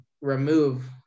remove